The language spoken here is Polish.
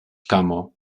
kamo